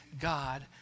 God